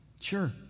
Sure